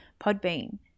podbean